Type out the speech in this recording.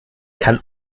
kann